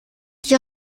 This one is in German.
die